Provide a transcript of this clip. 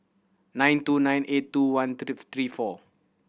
nine two nine eight two one three four